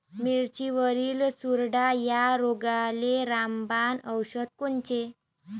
मिरचीवरील चुरडा या रोगाले रामबाण औषध कोनचे?